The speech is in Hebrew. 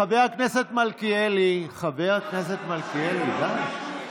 חבר הכנסת מלכיאלי, חבר הכנסת מלכיאלי, די.